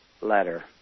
letter